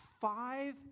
five